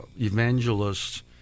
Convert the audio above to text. evangelists